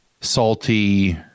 salty